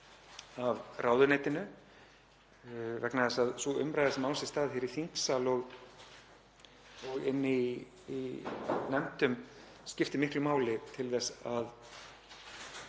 af ráðuneytinu, vegna þess að sú umræða sem á sér stað í þingsal og í nefndum skiptir miklu máli til þess að